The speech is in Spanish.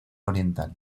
oriental